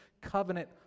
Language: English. covenant